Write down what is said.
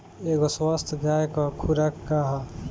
एगो स्वस्थ गाय क खुराक का ह?